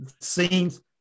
scenes